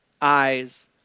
eyes